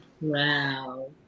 Wow